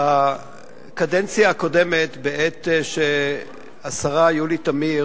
בקדנציה הקודמת, בעת שהשרה יולי תמיר